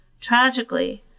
Tragically